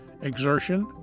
exertion